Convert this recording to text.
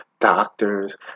Doctors